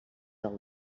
del